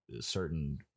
certain